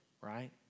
right